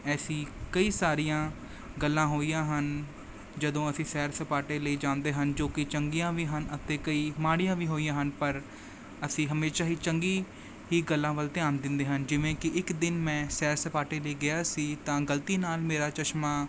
ਐਸੀ ਕਈ ਸਾਰੀਆਂ ਗੱਲਾਂ ਹੋਈਆਂ ਹਨ ਜਦੋਂ ਅਸੀਂ ਸੈਰ ਸਪਾਟੇ ਲਈ ਜਾਂਦੇ ਹਨ ਜੋ ਵੇਂ ਚੰਗੀਆਂ ਵੀ ਹਨ ਅਤੇ ਕਈ ਮਾੜੀਆਂ ਵੀ ਹੋਈਆਂ ਹਨ ਪਰ ਅਸੀਂ ਹਮੇਸ਼ਾ ਹੀ ਚੰਗੀ ਹੀ ਗੱਲਾਂ ਵੱਲ ਧਿਆਨ ਦਿੰਦੇ ਹਨ ਜਿਵੇਂ ਵੇਂ ਇੱਕ ਦਿਨ ਮੈਂ ਸੈਰ ਸਪਾਟੇ ਲਈ ਗਿਆ ਸੀ ਤਾਂ ਗਲਤੀ ਨਾਲ ਮੇਰਾ ਚਸ਼ਮਾ